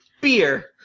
beer